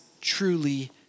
truly